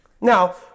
Now